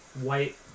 white